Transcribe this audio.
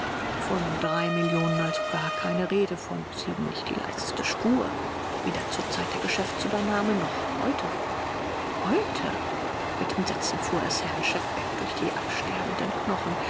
von drei millionen also gar keine rede von sieben nicht die leiseste spur weder zur zeit der geschäftsübernahme noch heute heute mit entsetzen fuhr es herrn schefbeck durch die absterbenden knochen